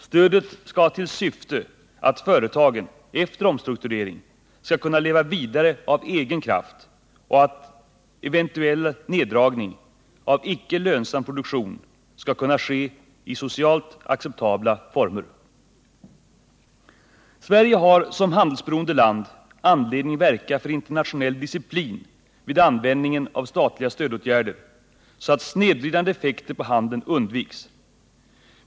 Stödet skall ha till syfte att företagen efter omstrukturering skall kunna leva vidare av egen kraft och att eventuell neddragning av icke lönsam produktion skall kunna ske i socialt acceptabla former. Sverige har som ett handelsberoende land anledning verka för internationell disciplin vid användningen av statliga stödåtgärder så att snedvridande effekter på handeln undviks.